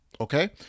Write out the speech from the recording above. Okay